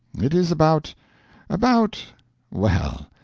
it is about about well,